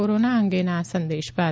corona અંગેના આ સંદેશ બાદ